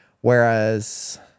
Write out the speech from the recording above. Whereas